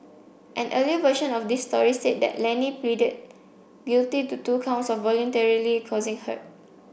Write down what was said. an earlier version of this story said that Lenny pleaded guilty to two counts of voluntarily causing hurt